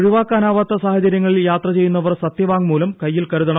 ഒഴിവാക്കാനാവാത്ത സാഹചര്യങ്ങളിൽ യാത്ര ചെയ്യുന്നവർ സത്യവാങ്മൂലം കയ്യിൽ കരുതണം